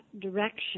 direction